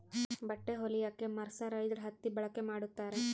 ಬಟ್ಟೆ ಹೊಲಿಯಕ್ಕೆ ಮರ್ಸರೈಸ್ಡ್ ಹತ್ತಿ ಬಳಕೆ ಮಾಡುತ್ತಾರೆ